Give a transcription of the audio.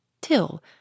till